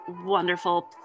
wonderful